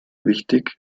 wichtig